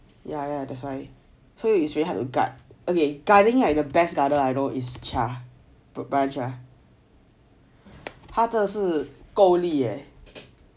yeah yeah that's why so it's really hard to guard okay guarding right the best guarder I know is char bryan char 他真是的够力 eh